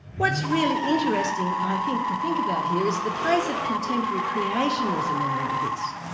what's really interesting i think to think about here is the place of contemporary creationism in all this.